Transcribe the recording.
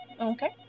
Okay